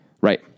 Right